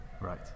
Right